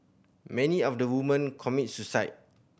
many of the women commit suicide